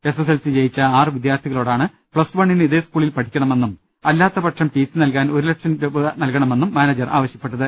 S S L C ജയിച്ച ആറു വിദ്യാർത്ഥികളോ ടാണ് പ്ലസ് വണ്ണിന് ഇതേ സ്കൂളിൽ പഠിക്കണമെന്നും അല്ലാത്തപക്ഷം ടി സി നൽകാൻ ഒരുലക്ഷം രൂപ നൽകണമെന്നും മാനേജർ ആവശ്യപ്പെട്ടത്